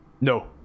No